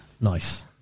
nice